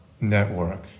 network